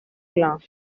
grant